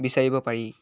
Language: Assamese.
বিচাৰিব পাৰি